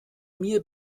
mir